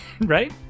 Right